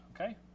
Okay